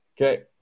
Okay